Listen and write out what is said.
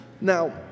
Now